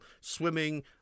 swimming